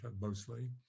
mostly